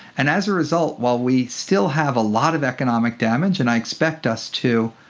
and as a result, while we still have a lot of economic damage, and i expect us to,